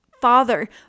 father